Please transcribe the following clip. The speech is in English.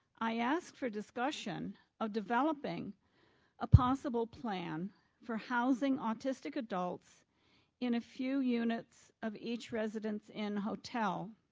i asked for discussion of developing a possible plan for housing autistic adults in a few units of each residence inn hotel,